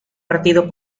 partido